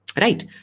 Right